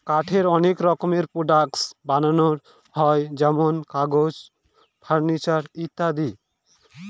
কাঠের অনেক রকমের প্রডাক্টস বানানো হয় যেমন কাগজ, ফার্নিচার ইত্যাদি